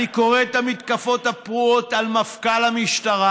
אני קורא את המתקפות הפרועות על מפכ"ל המשטרה,